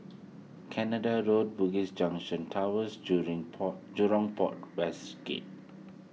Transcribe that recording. Canada Road Bugis Junction Towers Port Jurong Port West Gate